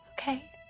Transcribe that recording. Okay